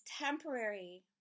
temporary